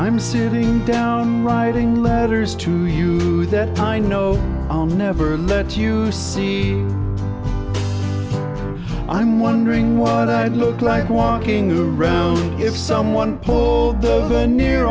i'm sitting down writing letters to use that time know i'll never let you see i'm wondering what i'd look like walking around if someone pulled the a near